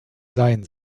sein